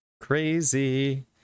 Crazy